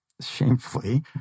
shamefully